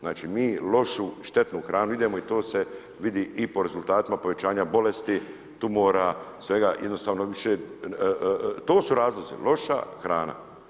Znači mi lošu, štetnu hranu jedemo i to se vidi i po rezultatima pojačanja bolesti, tumora, svega, jednostavno više, to su razlozi, loša hrana.